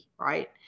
right